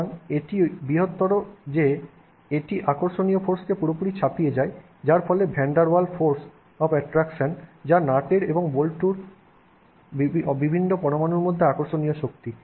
সুতরাং এটি বৃহত্তর যে এটি আকর্ষণীয় ফোর্সকে পুরোপুরি ছাপিয়ে যায় যাকে বলে van der Waal force of attraction যা নাটের এবং বল্টুর বিভিন্ন পরমাণুর মধ্যে আকর্ষণীয় শক্তি